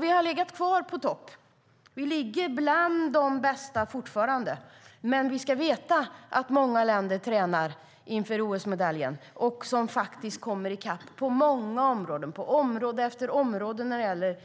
Vi har legat kvar i topp, och vi ligger fortfarande bland de bästa. Men vi ska veta att många länder tränar inför OS-medaljen och kommer i kapp på område efter område. Det gäller